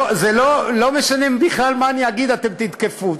לא משנה בכלל מה אני אגיד, אתם תתקפו.